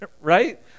right